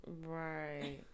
Right